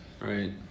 Right